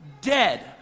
dead